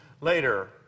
later